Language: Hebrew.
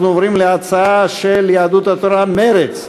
אנחנו עוברים להצעה של יהדות התורה, מרצ.